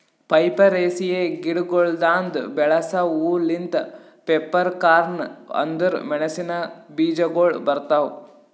ಪೈಪರೇಸಿಯೆ ಗಿಡಗೊಳ್ದಾಂದು ಬೆಳಸ ಹೂ ಲಿಂತ್ ಪೆಪ್ಪರ್ಕಾರ್ನ್ ಅಂದುರ್ ಮೆಣಸಿನ ಬೀಜಗೊಳ್ ಬರ್ತಾವ್